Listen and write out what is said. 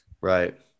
Right